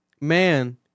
man